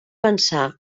pensar